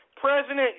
President